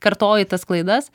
kartoji tas klaidas